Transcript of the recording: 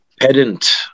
pedant